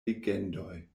legendoj